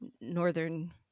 northern